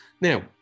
now